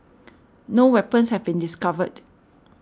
no weapons have been discovered